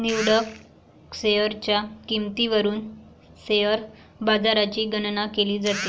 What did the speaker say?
निवडक शेअर्सच्या किंमतीवरून शेअर बाजाराची गणना केली जाते